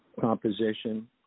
composition